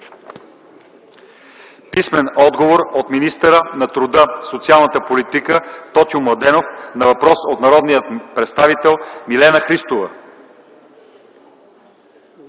Георгиев; - от министъра на труда и социалната политика Тотю Младенов на въпрос от народния представител Милена Христова;